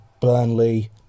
Burnley